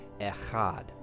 Echad